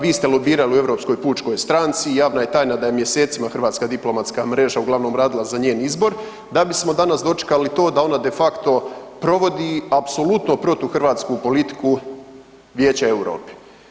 Vi ste lobirali u Europskoj pučkoj stranci, javna je tajna da je mjesecima hrvatska diplomatska mreža uglavnom radila za njen izbor da bismo danas dočekali to da ona de facto provodi apsolutno protuhrvatsku politiku Vijeća Europe.